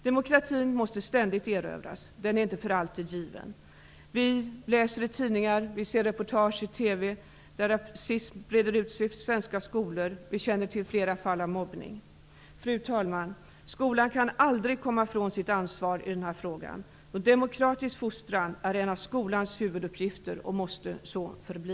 Demokratin måste ständigt erövras -- den är inte för alltid given. Vi läser i tidningarna och ser i reportage på TV om att rasism breder ut sig i svenska skolor. Vi känner till flera fall av mobbning. Fru talman! Skolan kan aldrig komma ifrån sitt ansvar i den här frågan. Demokratisk fostran är en av skolans huvuduppgifter och måste så förbli.